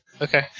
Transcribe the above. Okay